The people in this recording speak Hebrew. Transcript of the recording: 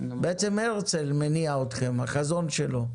בעצם הרצל מניע אתכם, החזון שלא.